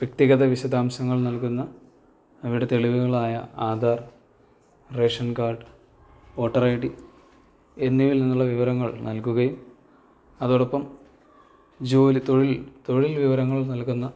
വ്യക്തിഗത വിശദാംശങ്ങൾ നൽകുന്ന അവയുടെ തെളിവുകളായ Aadhaar ration card voter I D എന്നിവയിൽ നിന്നുള്ള വിവരങ്ങൾ നൽകുകയും അതോടൊപ്പം ജോലി തൊഴിൽ തൊഴിൽ വിവരങ്ങൾ നൽകുന്ന